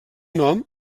nom